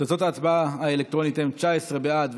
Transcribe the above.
תוצאות ההצבעה האלקטרונית הן 19 בעד,